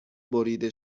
بریده